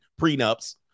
prenups